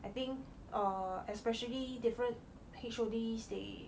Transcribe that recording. I think err especially different H_O_Ds they